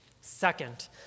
Second